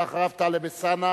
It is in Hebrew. אחריו, חבר הכנסת טלב אלסאנע.